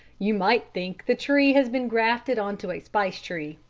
you might think the tree had been grafted on to a spice tree.